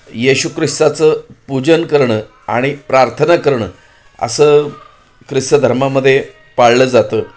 येशु क्रिस्ताचं पूजन करणं आणि प्रार्थना करणं असं क्रिस्त धर्मामध्ये पाळलं जातं